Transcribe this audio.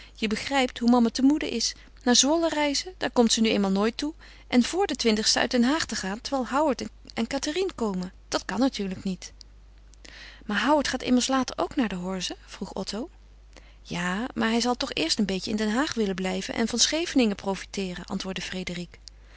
zien je begrijpt hoe mama te moede is naar zwolle reizen daar komt ze nu eenmaal nooit toe en vor den sten uit den haag te gaan terwijl howard en cathérine komen dat kan natuurlijk niet maar howard gaat immers later ook naar de horze vroeg otto ja maar hij zal toch eerst een beetje in den haag willen blijven en van scheveningen profiteeren antwoordde